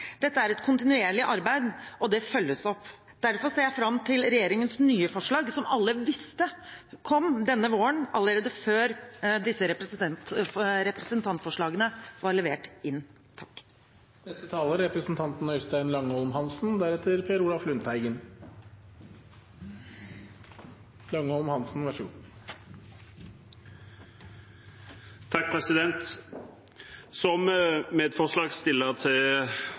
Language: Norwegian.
Dette er et kontinuerlig arbeid, og det følges opp. Derfor ser jeg fram til regjeringens nye forslag, som alle visste kom denne våren, allerede før disse representantforslagene var levert inn. Som medforslagsstiller til Arbeiderpartiets representantforslag om midlertidige stillinger vil jeg si at det er et viktig og riktig forslag. I praksis betyr det forskjellen på om man har anledning til